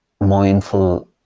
mindful